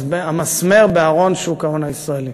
המסמר בארון שוק ההון הישראלי.